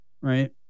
right